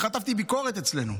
חטפתי ביקורת אצלנו,